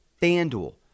FanDuel